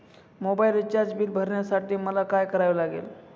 Mobile recharge bill भरण्यासाठी मला काय करावे लागेल?